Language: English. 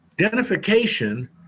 identification